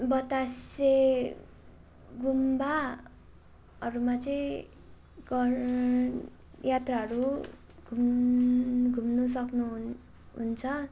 बतासे गुम्बाहरूमा चाहिँ गर यात्राहरू घुम् घुम्नु सक्नुहुन हुन्छ